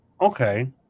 okay